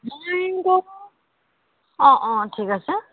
মইতো অ অ ঠিক আছে